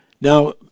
Now